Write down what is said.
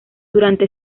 durante